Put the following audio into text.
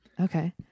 Okay